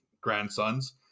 grandsons